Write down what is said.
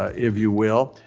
ah if you will.